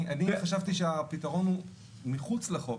אני חשבתי שהפתרון הוא מחוץ לחוק,